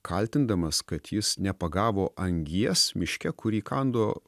kaltindamas kad jis nepagavo angies miške kur įkando